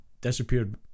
disappeared